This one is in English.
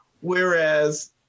Whereas